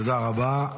תודה רבה.